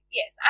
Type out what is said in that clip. yes